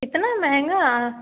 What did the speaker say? इतना महंगा